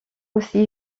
aussi